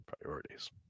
Priorities